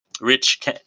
Rich